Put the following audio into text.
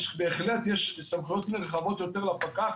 יש בהחלט סמכויות נרחבות יותר לפקח.